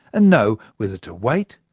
and know whether to wait,